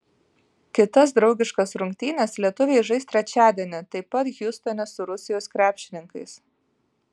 kitas draugiškas rungtynes lietuviai žais trečiadienį taip pat hjustone su rusijos krepšininkais